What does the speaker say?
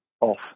off